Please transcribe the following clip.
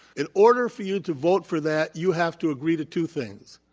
in order for you to vote for that, you have to agree to two things.